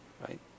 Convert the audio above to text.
Right